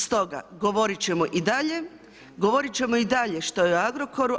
Stoga govorit ćemo i dalje, govorit ćemo i dalje što je u Agrokoru.